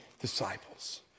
disciples